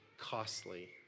costly